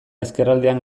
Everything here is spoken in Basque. ezkerraldean